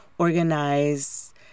organize